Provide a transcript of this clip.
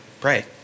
pray